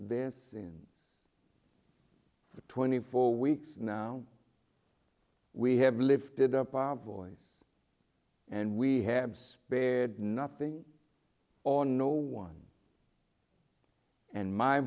this in twenty four weeks now we have lifted up our voice and we have spared nothing or no one and my